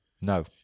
No